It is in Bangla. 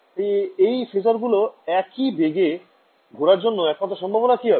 তাই এই phasor গুলোর একই বেগে ঘোরার জন্য একমাত্র সম্ভাবনা কি হবে